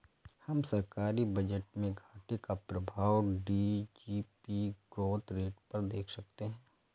हम सरकारी बजट में घाटे का प्रभाव जी.डी.पी ग्रोथ रेट पर देख सकते हैं